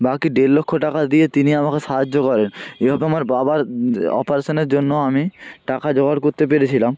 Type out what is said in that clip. বাকি দেড় লক্ষ টাকা দিয়ে তিনি আমাকে সাহায্য করেন এরকম আমার বাবার অপারেশানের জন্য আমি টাকা জোগাড় করতে পেরেছিলাম